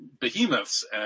behemoths